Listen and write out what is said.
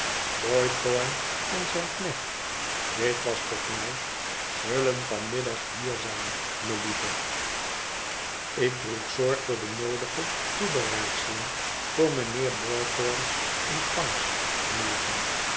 boythorn en zijn knecht dit was tot mij zullen van middag hier zijn melieve ik droeg zorg de noodige toebereidselen voor mijnheer boythorn's ontvangst te maken